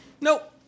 Nope